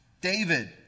David